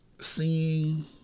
seeing